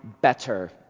better